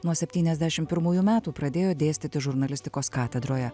nuo septyniasdešim pirmųjų metų pradėjo dėstyti žurnalistikos katedroje